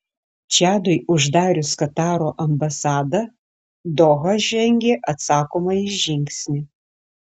čadui uždarius kataro ambasadą doha žengė atsakomąjį žingsnį